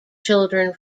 children